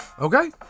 Okay